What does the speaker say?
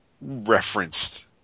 referenced